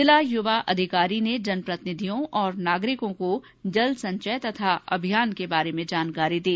जिला युवा अधिकारी ने जन प्रतिनिधियों तथा नागरिकों को जल संचय तथा अभियान के बारे में जानकारी दी